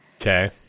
Okay